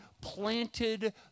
planted